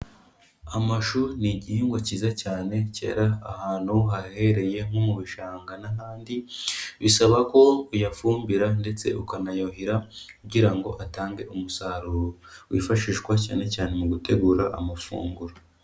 Amashu ni igihingwa cyiza cyane, cyera ahantu hahehereye nko mu bishanga n'ahandi, bisaba ko uyafumbira ndetse ukanayuhira kugira ngo atange umusaruro wifashishwa cyane cyane mu gutegura amafunguro.